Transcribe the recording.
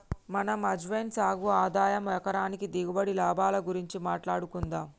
మనం అజ్వైన్ సాగు ఆదాయం ఎకరానికి దిగుబడి, లాభాల గురించి మాట్లాడుకుందం